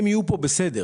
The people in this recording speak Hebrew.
הם יהיו פה בסדר.